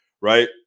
right